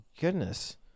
goodness